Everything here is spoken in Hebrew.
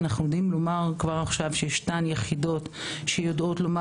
אנחנו יודעים לומר כבר עכשיו שישנן יחידות שיודעות לומר,